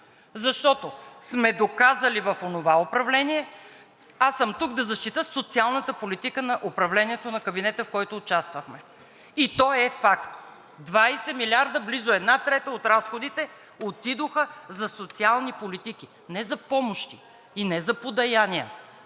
защото сме доказали в онова управление. Аз съм тук, за да защитя социалната политика на управлението на кабинета, в който участвахме, и то е факт – 20 милиарда, близо една трета от разходите, отидоха за социални политики, не за помощи и не за подаяния,